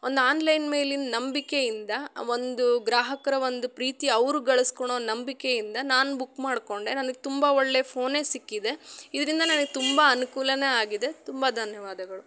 ಒಂದು ಆನ್ಲೈನ್ ಮೇಲಿನ ನಂಬಿಕೆಯಿಂದ ಒಂದು ಗ್ರಾಹಕರ ಒಂದು ಪ್ರೀತಿ ಅವರು ಗಳ್ಸ್ಕೊಳ್ಳೊ ನಂಬಿಕೆಯಿಂದ ನಾನು ಬುಕ್ ಮಾಡಿಕೊಂಡೆ ನನ್ಗೆ ತುಂಬ ಒಳ್ಳೆ ಫೋನೆ ಸಿಕ್ಕಿದೆ ಇದರಿಂದ ನನ್ಗೆ ತುಂಬ ಅನುಕೂಲನೆ ಆಗಿದೆ ತುಂಬ ಧನ್ಯವಾದಗಳು